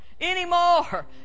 anymore